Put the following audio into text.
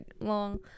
long